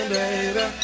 baby